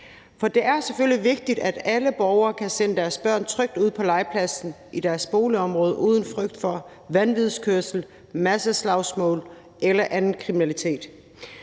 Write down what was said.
For det er selvfølgelig vigtigt, at alle borgere kan sende deres børn trygt ud på legepladsen i deres boligområde uden frygt for vanvidskørsel, masseslagsmål eller anden kriminalitet.